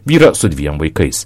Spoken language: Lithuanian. vyrą su dviem vaikais